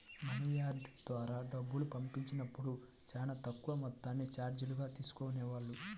money order ద్వారా డబ్బులు పంపించినప్పుడు చానా తక్కువ మొత్తాన్ని చార్జీలుగా తీసుకునేవాళ్ళు